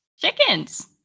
chickens